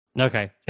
okay